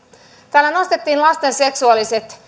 täällä nostettiin lasten seksuaaliset